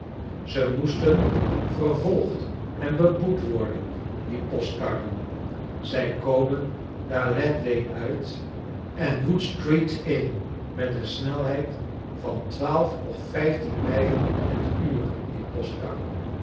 ze moesten vervolgd en beboet worden die postkarren zij komen daar lad lane uit en wood street in met een snelheid van twaalf of vijftien mijlen in het uur die